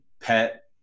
pet